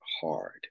hard